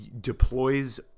deploys